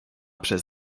przez